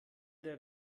der